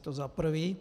To za prvé.